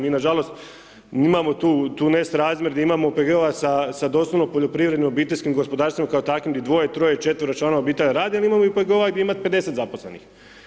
Mi nažalost, mi imamo tu nesrazmjer, gdje imamo OPG-ovaca sa doslovno poljoprivrednim obiteljskim gospodarstvima kao takvim gdje dvoje, troje, četvero članova obitelji radi ali imamo i OPG-ova gdje ima 50 zaposlenih.